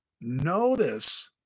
notice